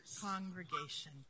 congregation